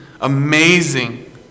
amazing